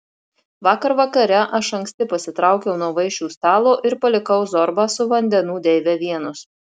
vakar vakare aš anksti pasitraukiau nuo vaišių stalo ir palikau zorbą su vandenų deive vienus